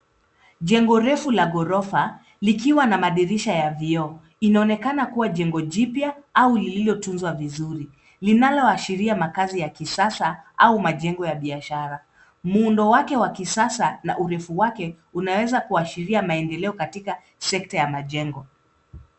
Jengo refu la ghrofa likiwa na madirisha ya vioo. Inaonekana kuwa jengo jipya au lililotunzwa vizuri, linaoashiria makazi ya kisasa au majengo ya biashara. Muundo wake a kisasa na urefu wake unaweza kuashiria maendeleo katika sekta ya majengo.